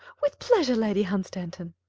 with pleasure, lady hunstanton.